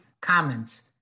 comments